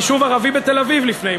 יישוב ערבי בתל-אביב לפני.